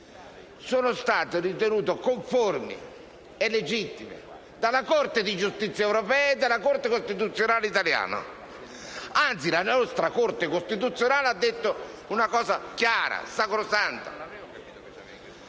sono state ritenute conformi e legittime dalla Corte di giustizia europea e dalla Corte costituzionale italiana. Anzi, la nostra Corte costituzionale ha detto una cosa chiara e sacrosanta: